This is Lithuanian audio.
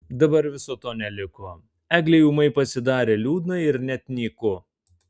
dabar viso to neliko eglei ūmai pasidarė liūdna ir net nyku